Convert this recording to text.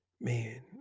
man